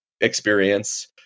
experience